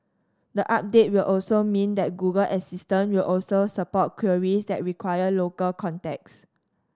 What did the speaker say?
the update will also mean that Google Assistant will also support queries that require local context